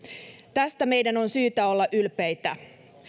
tästä meidän on syytä olla ylpeitä